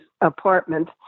apartment